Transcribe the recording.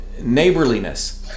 neighborliness